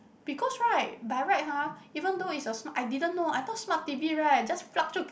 because right by right !huh! even though is a smart I didn't know I thought smart t_v right just plug jiu